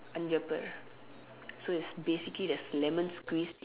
Anjappar so it's basically there's lemon squeezed